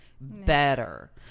Better